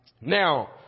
Now